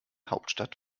hauptstadt